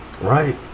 right